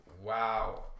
Wow